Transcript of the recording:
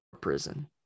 prison